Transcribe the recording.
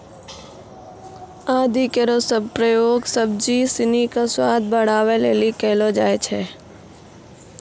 आदि केरो प्रयोग सब्जी सिनी क स्वाद बढ़ावै लेलि कयलो जाय छै